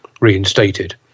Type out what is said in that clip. reinstated